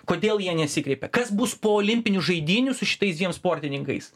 kodėl jie nesikreipia kas bus po olimpinių žaidynių su šitais dviem sportininkais